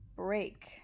break